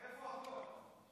איפה החוק?